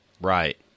Right